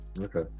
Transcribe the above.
Okay